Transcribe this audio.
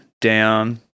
Down